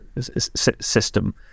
system